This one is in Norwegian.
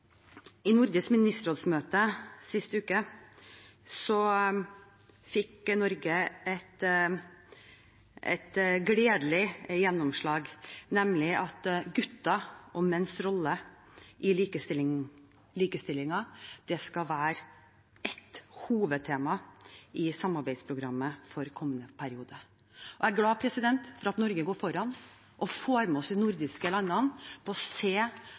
i Nordisk ministerrådsmøte sist uke fikk Norge et gledelig gjennomslag, nemlig at gutters og menns rolle i likestillingen skal være et hovedtema i samarbeidsprogrammet for kommende periode. Jeg er glad for at Norge går foran og får med seg de nordiske landene for å se